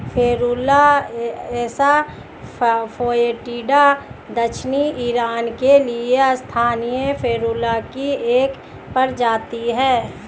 Ferula assa foetida दक्षिणी Iran के लिए स्थानिक फेरुला की एक प्रजाति है